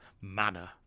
manner